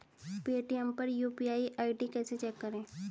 Paytm पर UPI ID कैसे check करें?